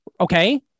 Okay